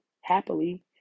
happily